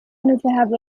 الذهاب